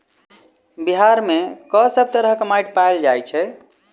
बिहार मे कऽ सब तरहक माटि पैल जाय छै?